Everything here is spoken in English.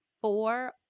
four